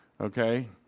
Okay